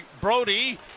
Brody